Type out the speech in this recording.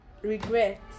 regret